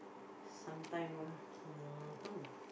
sometime mmhmm